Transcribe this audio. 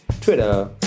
Twitter